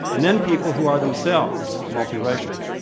and then people who are themselves multiracial.